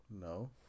No